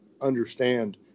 understand